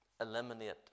eliminate